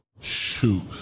Shoot